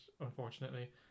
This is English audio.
unfortunately